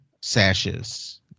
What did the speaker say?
sashes